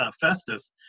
Festus